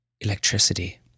electricity